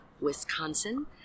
Wisconsin